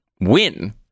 win